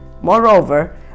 Moreover